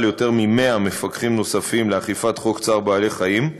ליותר מ-100 מפקחים נוספים לאכיפת חוק צער בעלי-חיים,